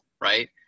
Right